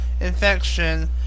infection